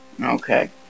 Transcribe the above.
Okay